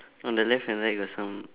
on the left and right got some